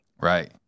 Right